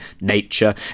Nature